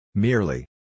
Merely